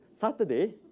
Saturday